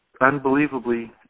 Unbelievably